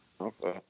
Okay